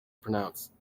pronounce